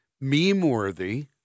meme-worthy